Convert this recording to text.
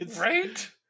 Right